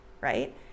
right